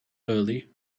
early